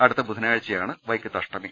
അടുത്ത ബുധനാഴ്ചയാണ് വൈക്കത്തഷ്ടമി